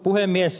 puhemies